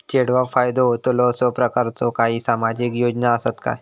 चेडवाक फायदो होतलो असो प्रकारचा काही सामाजिक योजना असात काय?